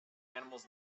animals